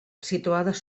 situades